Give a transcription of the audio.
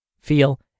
feel